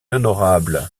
honorable